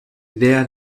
idea